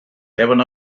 eleven